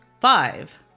five